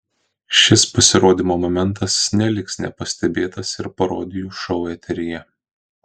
šis pasirodymo momentas neliks nepastebėtas ir parodijų šou eteryje